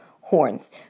horns